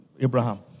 Abraham